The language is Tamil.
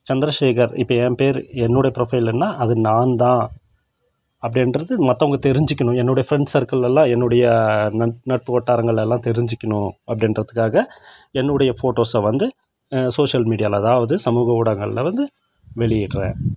சந்திரசேகர் இப்போ என் பேர் என்னுடைய புரொஃபைல்னா அது நான்தான் அப்படின்றது மற்றவங்க தெரிஞ்சுக்கணும் என்னுடைய ஃபிரெண்ட்ஸ் சர்க்கிள்ல என்னுடைய நட்பு வட்டாரங்கள் எல்லாம் தெரிஞ்சுக்கணும் அப்படின்றதுக்காக என்னுடைய ஃபோட்டோஸை வந்து சோசியல் மீடியாவில் அதாவது சமூக ஊடகங்களில் வந்து வெளியிடுகிறேன்